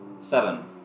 Seven